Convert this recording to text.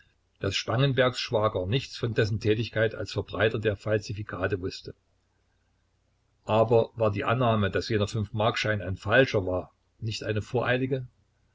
daß spangenbergs schwager nichts von dessen tätigkeit als verbreiter der falsifikate wußte aber war die annahme daß jener fünfmarkschein ein falscher war nicht eine voreilige